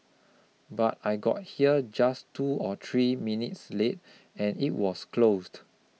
but I got here just two or three minutes late and it was closed